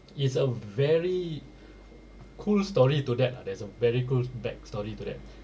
it's a very cool story to that ah there's a very good back story to that